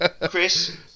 Chris